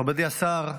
מכובדי השר,